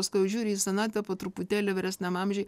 paskui jau žiūrį į senatvę po truputėlį vyresniam amžiui